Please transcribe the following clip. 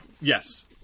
Yes